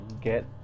get